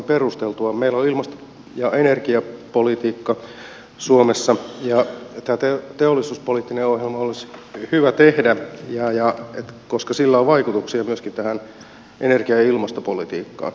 meillä on ilmasto ja energiapolitiikka suomessa ja tämä teollisuuspoliittinen ohjelma olisi hyvä tehdä koska sillä on vaikutuksia myöskin tähän energia ja ilmastopolitiikkaan